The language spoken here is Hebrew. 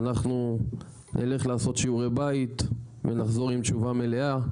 אנחנו נלך לעשות שיעורי בית ונחזור עם תשובה מלאה.